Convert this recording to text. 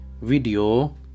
Video